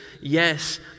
yes